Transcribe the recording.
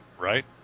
right